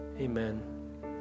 Amen